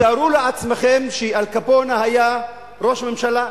תארו לעצמכם שאל קפונה היה ראש ממשלה.